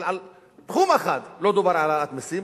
אבל בתחום אחד לא דובר על העלאת מסים,